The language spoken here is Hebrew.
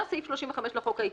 אומר סעיף 35 לחוק העיקרי: